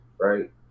right